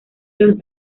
los